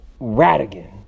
Radigan